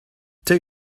take